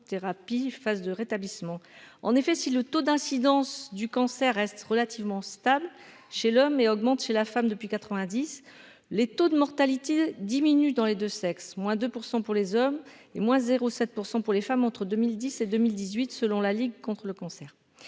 hormonothérapie phase de rétablissement, en effet, si le taux d'incidence du cancer reste relativement stable chez l'homme et augmente chez la femme depuis 90, les taux de mortalité diminue dans les 2 sexes, moins 2 pour 100 pour les hommes et moins 0 7 % pour les femmes entre 2010 et 2018 selon la Ligue contre le cancer